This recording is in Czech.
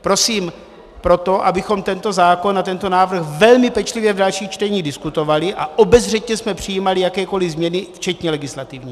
Prosím proto, abychom tento zákon a tento návrh velmi pečlivě v dalších čteních diskutovali a obezřetně jsme přijímali jakékoliv změny včetně legislativních.